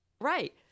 right